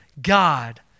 God